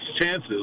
chances